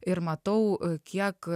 ir matau kiek